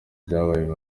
byabaye